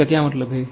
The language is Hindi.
इसका क्या मतलब है